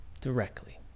Directly